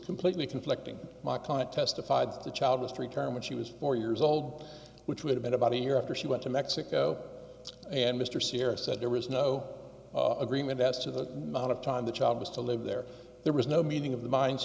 completely conflicting my client testified that the child was to return when she was four years old which would have been about a year after she went to mexico and mr sierra said there was no agreement as to the amount of time the child was to live there there was no meeting of the minds